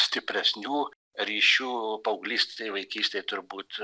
stipresnių ryšių paauglystėj vaikystėj turbūt